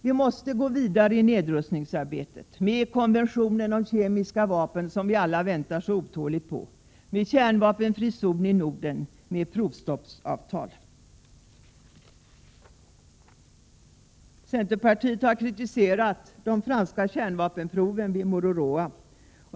Vi måste gå vidare i nedrustningsarbetet — med konventionen om kemiska vapen som vi alla väntar så otåligt på, med kärnvapenfri zon i Norden, med provstoppsavtal. Centerpartiet har kritiserat de franska kärnvapenproven vid Mururoa.